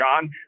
John